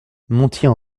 montier